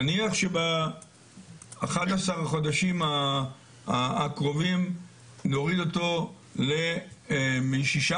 נניח שב-11 חודשים הקרובים נוריד אותו משישה